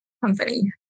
company